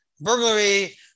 burglary